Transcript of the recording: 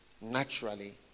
naturally